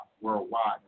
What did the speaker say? Worldwide